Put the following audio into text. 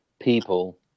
people